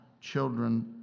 children